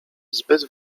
zbyt